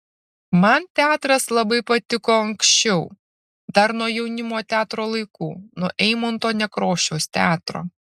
man teatras labai patiko anksčiau dar nuo jaunimo teatro laikų nuo eimunto nekrošiaus teatro